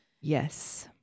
Yes